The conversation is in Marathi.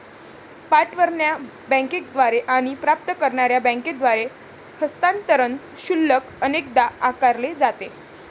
पाठवणार्या बँकेद्वारे आणि प्राप्त करणार्या बँकेद्वारे हस्तांतरण शुल्क अनेकदा आकारले जाते